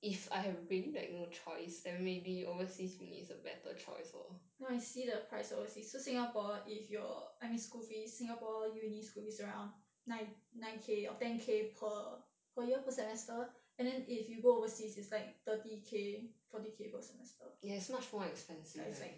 you know I see the price of overseas so singapore if your I mean school fees singapore uni school fees around nine nine K or ten K per year per semester and then if you go overseas is like thirty K forty K per semester ya is like